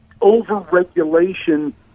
over-regulation